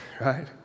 right